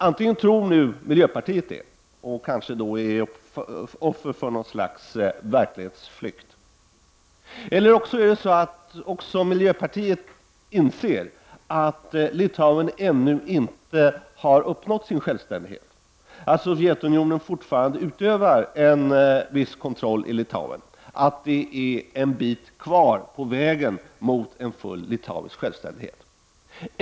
Antingen tror miljöpartiet det, och är då kanske offer för något slags verklighetsflykt, eller också — och det är den andra möjliga förklaringen — inser även miljöpartiet att Litauen ännu inte har uppnått sin självständighet, att Sovjetunionen fortfarande utövar en viss kontroll i Litauen, att det är en bit kvar på vägen till en full litauisk självständighet.